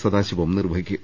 സദാശിവം നിർവഹിക്കും